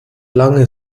lange